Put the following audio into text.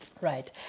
Right